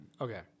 Okay